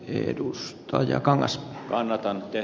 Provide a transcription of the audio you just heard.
edustaja kangas kannattanut ja